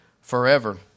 forever